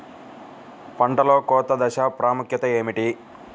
పంటలో కోత దశ ప్రాముఖ్యత ఏమిటి?